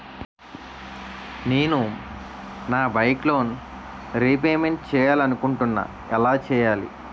నేను నా bike loan repayment చేయాలనుకుంటున్నా ఎలా చేయాలి?